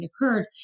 occurred